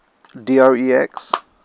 D R E X